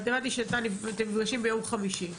אני הבנתי שאתם נפגשים ביום חמישי.